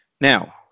Now